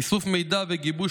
ו.